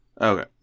Okay